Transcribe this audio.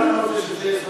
לא מקובל עליך כספים?